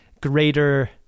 greater